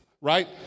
Right